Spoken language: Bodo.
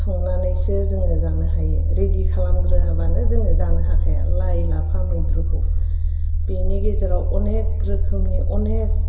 संनानैसो जोङो जानो हायो रेडि खालामग्रोआबानो जोङो जानो हाखाया लाइ लाफा मैद्रुखौ बेनि गेजेराव अनेक रोखोमनि अनेक